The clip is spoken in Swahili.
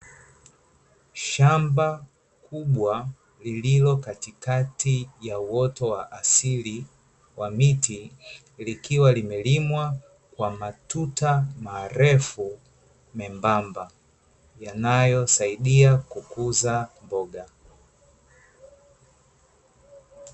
Shamba kubwa lililokatikati ya uoto wa asili wa miti, likiwa limelimwa kwa matuta marefu membamba yanayosaidia kukuza mboga.